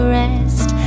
rest